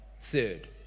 third